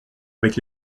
avec